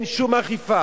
ואין שום אכיפה,